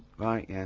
right, yeah,